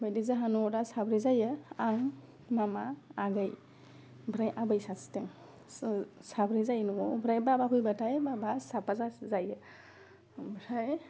बायदि जोंहा न'वाव दा साब्रै जायो आं मामा आगै ओमफ्राय आबै सासे दं स' साब्रै जायो न'वाव ओमफ्राय बाबा फैबाथाय बाबा साबा जायो ओमफ्राय